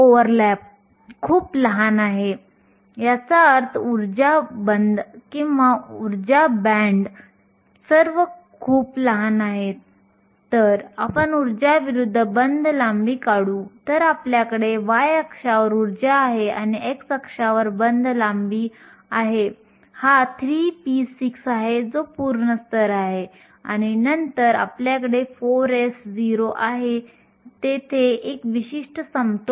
जर तुम्ही आंतरिक सिलिकॉन बघत असाल आणि हे सर्व अणू कंपित होत असतील म्हणजे हे इलेक्ट्रॉन आणि छिद्र या अणूंशी परस्पर क्रिया करू शकतात आणि विखुरले जाऊ शकतात